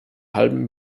halben